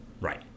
Right